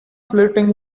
flirting